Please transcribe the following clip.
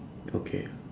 okay